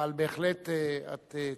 אבל בהחלט את צודקת,